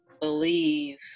believe